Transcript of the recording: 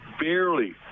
Barely